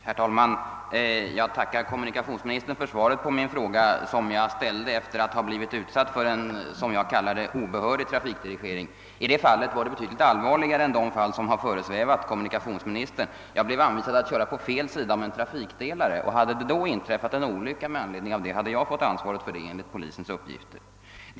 Herr talman! Jag tackar kommunikationsministern för svaret på min fråga, som jag framställde efter att ha blivit utsatt för vad jag kallar obehörig trafikdirigering. I det fallet var omständigheterna betydligt allvarligare än i de fall som tydligen har föresvävat kommunikationsministern. Jag blev nämligen anmodad att köra på fel sida om en trafikdelare, och om det med anledning härav hade inträffat en olycka, så hade jag enligt polisens uppgifter blivit ansvarig för den.